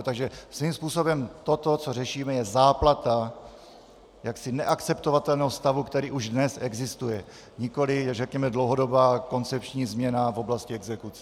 Takže svým způsobem toto, co řešíme, je záplata neakceptovatelného stavu, který už dnes existuje, nikoliv řekněme dlouhodobá koncepční změna v oblasti exekucí.